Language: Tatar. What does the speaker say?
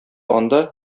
анда